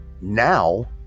Now